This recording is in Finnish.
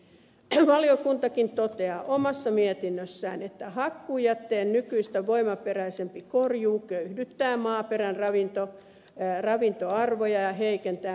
valiokuntakin toteaa omassa mietinnössään että hakkuujätteen nykyistä voimaperäisempi korjuu köyhdyttää maaperän ravintoarvoja ja heikentää metsänkasvua